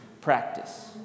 practice